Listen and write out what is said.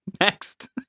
Next